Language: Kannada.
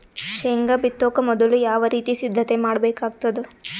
ಶೇಂಗಾ ಬಿತ್ತೊಕ ಮೊದಲು ಯಾವ ರೀತಿ ಸಿದ್ಧತೆ ಮಾಡ್ಬೇಕಾಗತದ?